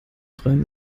freien